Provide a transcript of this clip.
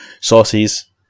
sauces